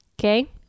Okay